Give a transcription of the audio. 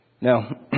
Now